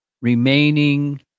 remaining